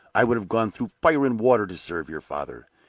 i would have gone through fire and water to serve your father!